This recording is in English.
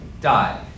die